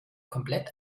komplett